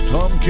Tom